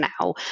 now